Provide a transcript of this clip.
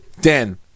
Dan